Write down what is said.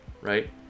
right